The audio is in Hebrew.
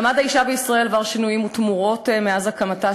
מעמד האישה בישראל עבר שינויים ותמורות מאז הקמתה